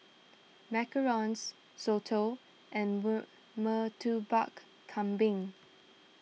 Macarons Soto and Murtabak Kambing